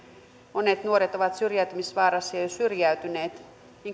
monet nuoret ovat syrjäytymisvaarassa ja jo syrjäytyneet